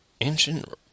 ancient